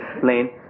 plane